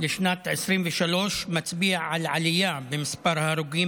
לשנת 2023 מצביע על עלייה במספר ההרוגים